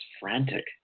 frantic